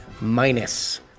Minus